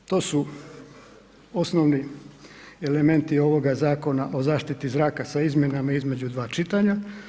To su osnovni elementi ovoga zakona o zaštiti zraka sa izmjenama i između dva čitanja.